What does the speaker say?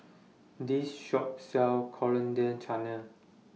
This Shop sells Coriander Chutney